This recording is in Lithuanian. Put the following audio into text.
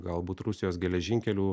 galbūt rusijos geležinkelių